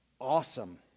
awesome